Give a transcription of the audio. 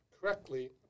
correctly